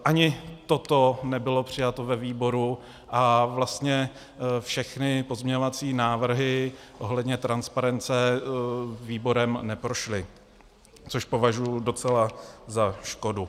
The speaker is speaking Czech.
Ani toto nebylo přijato ve výboru a vlastně všechny pozměňovací návrhy ohledně transparence výborem neprošly, což považuji docela za škodu.